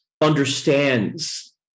understands